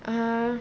uh